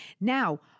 Now